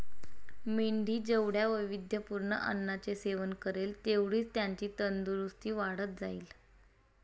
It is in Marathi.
मेंढी जेवढ्या वैविध्यपूर्ण अन्नाचे सेवन करेल, तेवढीच त्याची तंदुरस्ती वाढत जाईल